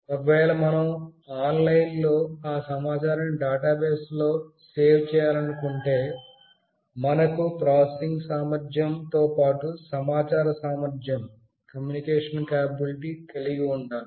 ఒకవేళ మనం ఆన్లైన్లో ఆ సమాచారాన్నిడేటాబేస్ లో సేవ్ చేయాలనుకుంటే మనకు ప్రాసెసింగ్ సామర్ధ్యం తో పాటు సమాచార సామర్ధ్యం కల్గి ఉండాలి